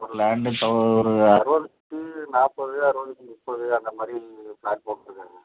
land இப்போ ஒரு அறுபதுக்கு நாற்பது அறுபதுக்கு முப்பது அந்த மாதிரி ஃப்ளாட் போட்டுருக்காங்க